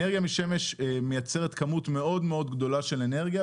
אנרגיה משמש מייצרת כמות מאוד גדולה של אנרגיה,